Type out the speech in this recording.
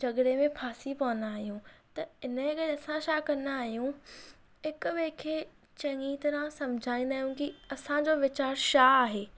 झगि॒ड़े में फासी पवंदा आहियूं त हिन करे असां छा कंदा आहियूं हिकु ॿे खे चङी तरहां समझाईंदा आहियूं कि असां जो वीचारु छा आहे